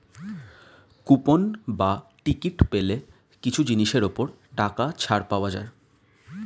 coupon বা ticket পেলে কিছু জিনিসের ওপর টাকা ছাড় পাওয়া যায়